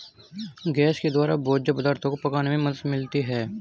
gas के द्वारा भोज्य पदार्थो को पकाने में मदद मिलती है